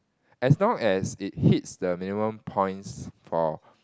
as long as it hits the minimum points for